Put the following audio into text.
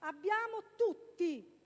Abbiamo tutti